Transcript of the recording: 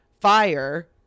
fire